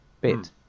bit